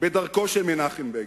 בדרכו של מנחם בגין.